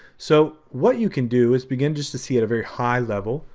so, what you can do is begin, just to see at a very high level,